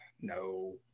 no